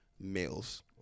males